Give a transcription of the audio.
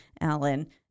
alan